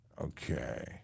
Okay